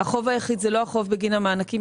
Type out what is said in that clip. החוב היחיד זה לא החוב בגין המענקים,